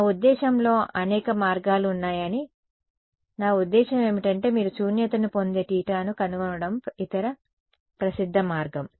నా ఉద్దేశ్యంలో అనేక మార్గాలు ఉన్నాయని నా ఉద్దేశ్యం ఏమిటంటే మీరు శూన్యతను పొందే తీటాను కనుగొనడం ఇతర ప్రసిద్ధ మార్గం